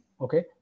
okay